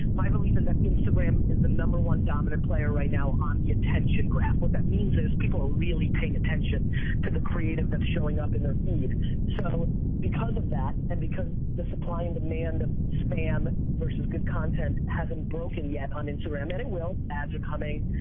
my belief is that instagram is the number one dominant player right now on the attention graph. what that means is, people are really paying attention to the creative that's showing up in their feed so because of that, and because the supply and demand of spam versus good content hasn't broken yet on instagram, and it will ads are coming,